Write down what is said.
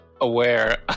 aware